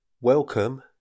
Welcome